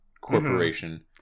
Corporation